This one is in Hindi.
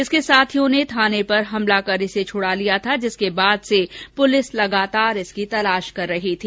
इसके साथियों ने थाने पर हमला कर इसे छ्डा लिया था जिसके बाद से पुलिस लगातार उसकी तलाश कर रही थी